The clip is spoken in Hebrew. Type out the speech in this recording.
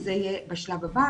זה יהיה בשלב הבא.